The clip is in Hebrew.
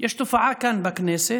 יש תופעה כאן בכנסת,